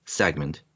segment